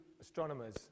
astronomers